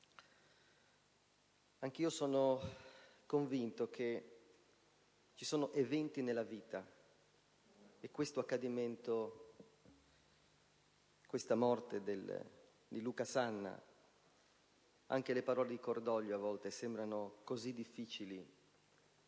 Anch'io sono convinto che ci siano eventi nella vita per cui - come per questo accadimento, la morte di Luca Sanna - anche le parole di cordoglio a volte sembrano così difficili,